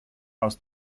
aus